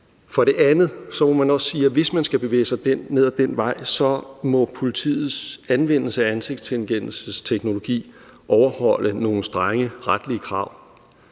For det andet må man også sige, at hvis man skal bevæge sig ned ad den vej, må politiets anvendelse af ansigtsgenkendelsesteknologi overholde nogle strenge retlige krav.